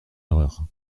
erreur